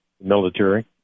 military